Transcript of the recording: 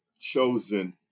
chosen